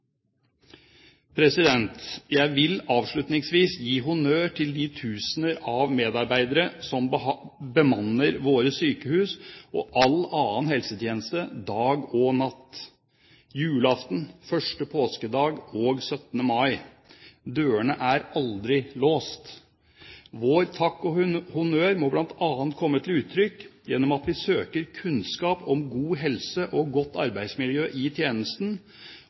Jeg vil avslutningsvis gi honnør til de tusener av medarbeidere som bemanner våre sykehus, og all annen helsetjeneste, dag og natt, julaften, 1. påskedag og 17. mai. Dørene er aldri låst. Vår takk og honnør må bl.a. komme til uttrykk gjennom at vi søker kunnskap om god helse og godt arbeidsmiljø i tjenesten,